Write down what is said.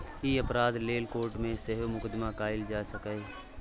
ई अपराध लेल कोर्ट मे सेहो मुकदमा कएल जा सकैए